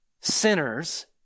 Sinners